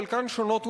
חלקן שונות ומשונות.